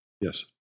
Yes